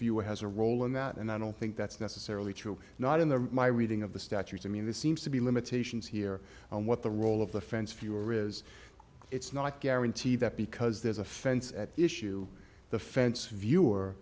fuel has a role in that and i don't think that's necessarily true not in the my reading of the statutes i mean this seems to be limitations here on what the role of the fence fuehrer is it's not guarantee that because there's a fence at issue the fence view